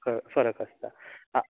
फ फरक आसता आं